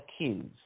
ACCUSED